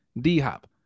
D-Hop